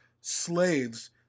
slaves